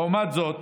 לעומת זאת,